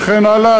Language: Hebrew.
וכן הלאה.